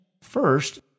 First